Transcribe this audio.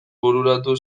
bururatu